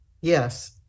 Yes